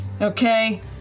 Okay